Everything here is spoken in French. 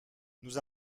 nous